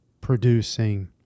producing